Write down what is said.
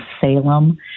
Salem